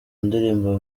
ndirimbo